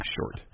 short